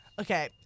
Okay